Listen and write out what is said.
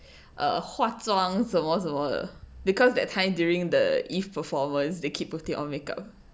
uh 化妆什么什么 because that time during the eve performance they keep putting on makeup